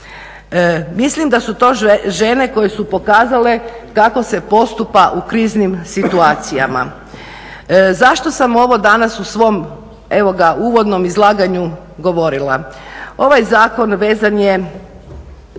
Mislim da su to žene koje su pokazale kako se postupa u kriznim situacijama. Zašto sam ovo danas u svom, evo ga uvodnom izlaganju govorila, ovaj zakon vezan je